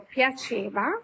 piaceva